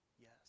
Yes